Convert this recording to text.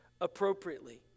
appropriately